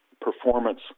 performance